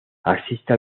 asiste